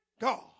God